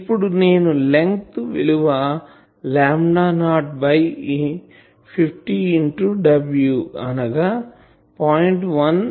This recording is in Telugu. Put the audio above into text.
ఇప్పుడు నేను లెంగ్త్ విలువ లాంబ్డా నాట్ బై 50ఇంటూ weఅనగా 0